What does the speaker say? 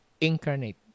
incarnate